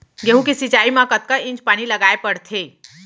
गेहूँ के सिंचाई मा कतना इंच पानी लगाए पड़थे?